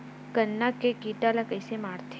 गन्ना के कीट ला कइसे मारथे?